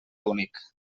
únic